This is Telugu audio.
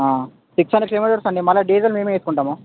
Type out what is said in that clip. సిక్స్ హండ్రెడ్ కిలోమీటర్స్ అండి మళ్ళీ డీజిల్ మేమే వేసుకుంటాము